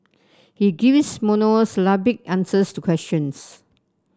he gives monosyllabic answers to questions